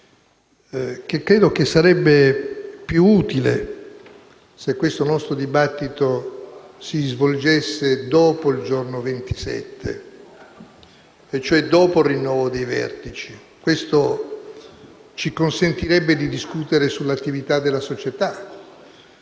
che credo sarebbe più utile che questo nostro dibattito si svolgesse dopo il giorno 27 e cioè dopo il rinnovo dei vertici. Ciò ci consentirebbe di discutere sull'attività della società